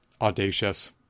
audacious